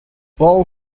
ball